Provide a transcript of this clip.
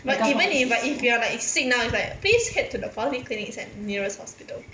but even if like if you're like sick now is like please head to the polyclinics and nearest hospital